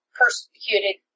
persecuted